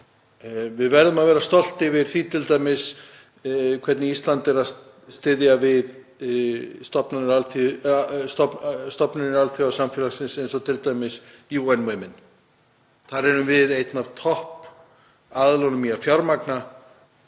Við verðum að vera stolt yfir því hvernig Ísland er að styðja við stofnanir alþjóðasamfélagsins eins og t.d. UN Women. Þar erum við einn af toppaðilunum í að fjármagna,